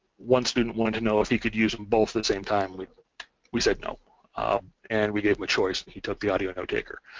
one student wanted to know if he could use them both at same time, we we said no and we gave him a choice and he took the audio notetaker,